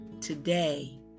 today